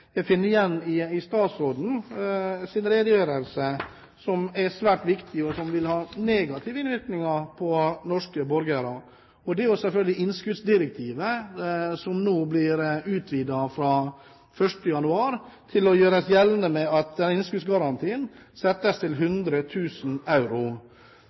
svært viktig, og som vil ha negativ innvirkning for norske borgere. Det er selvfølgelig innskuddsdirektivet, som blir utvidet fra 1. januar, der det gjøres gjeldende at innskuddsgarantien settes til 100 000 euro.